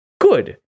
Good